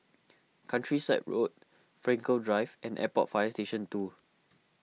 Countryside Road Frankel Drive and Airport Fire Station two